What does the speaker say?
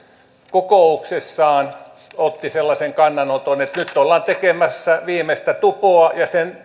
kokouksessaan otti sellaisen kannanoton että nyt ollaan tekemässä viimeistä tupoa ja sen